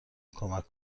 کمک